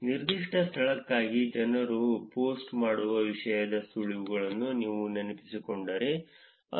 ನಿರ್ದಿಷ್ಟ ಸ್ಥಳಕ್ಕಾಗಿ ಜನರು ಪೋಸ್ಟ್ ಮಾಡುವ ವಿಷಯದ ಸುಳಿವುಗಳನ್ನು ನೀವು ನೆನಪಿಸಿಕೊಂಡರೆ ಅದು